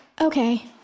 Okay